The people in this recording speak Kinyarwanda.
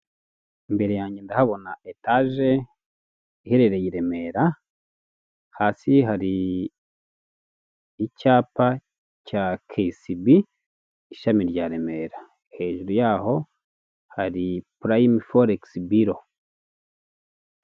Imbere yanjye ndahabona etaje iherereye i Remera, hasi hari icyapa cya kesibi ishami rya Remera, hejuru yaho hari purayimi foregisi biro.